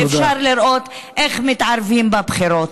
ואפשר לראות איך מתערבים בבחירות.